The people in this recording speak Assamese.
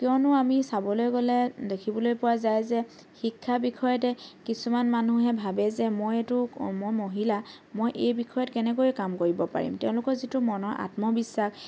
কিয়নো আমি চাবলৈ গ'লে দেখিবলৈ পোৱা যায় যে শিক্ষা বিষয়তে কিছুমান মানুহে ভাবে যে মই এইটো মই মহিলা মই এই বিষয়ত কেনেকৈ কাম কৰিব পাৰিম তেওঁলোকৰ যিটো মনৰ আত্মবিশ্বাস